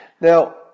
Now